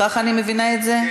כך אני מבינה את זה.